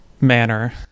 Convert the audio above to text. manner